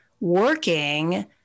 working